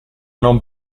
non